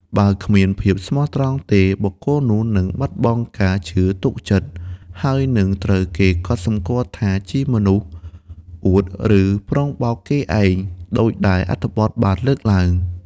បើគ្មានភាពស្មោះត្រង់ទេ បុគ្គលនោះនឹងបាត់បង់ការជឿទុកចិត្ត ហើយនឹងត្រូវគេកត់សម្គាល់ថាជាមនុស្ស អួត ឬ ប្រុងបោកគេឯង ដូចដែលអត្ថបទបានលើកឡើង។